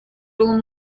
loro